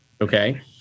Okay